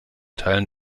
teilen